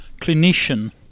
clinician